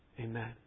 Amen